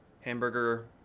Hamburger